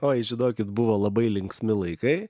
oi žinokit buvo labai linksmi laikai